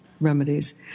Remedies